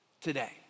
today